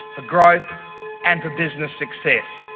for growth and for business success.